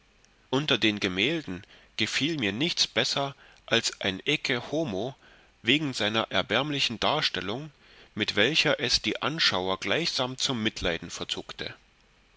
unter den gemälden gefiel mir nichts besser als ein ecce homo wegen seiner erbärmlichen darstellung mit welcher es die anschauer gleichsam zum mitleiden